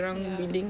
ya